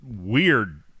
weird